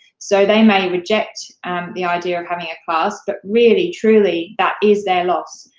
so, they may reject the idea of having a class, but really, truly, that is their loss.